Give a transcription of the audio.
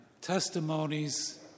testimonies